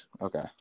Okay